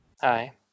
Hi